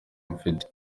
mfite